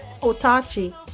Otachi